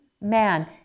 man